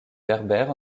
berbère